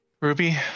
Ruby